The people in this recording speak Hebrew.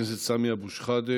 חבר הכנסת סמי אבו שחאדה,